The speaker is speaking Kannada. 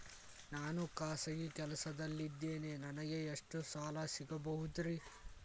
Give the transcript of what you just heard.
ನಾನು ಖಾಸಗಿ ಕೆಲಸದಲ್ಲಿದ್ದೇನೆ ನನಗೆ ಎಷ್ಟು ಸಾಲ ಸಿಗಬಹುದ್ರಿ?